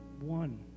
one